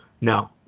No